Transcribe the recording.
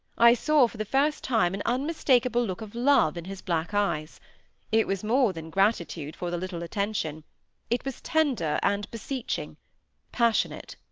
i saw for the first time an unmistakable look of love in his black eyes it was more than gratitude for the little attention it was tender and beseeching passionate.